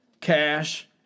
Cash